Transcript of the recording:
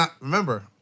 remember